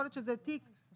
יכול להיות שזה תיק שנזנח,